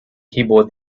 keyboard